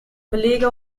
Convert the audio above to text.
belege